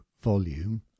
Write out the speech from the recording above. volume